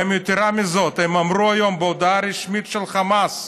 יתרה מזו, הם אמרו היום, בהודעה רשמית של חמאס,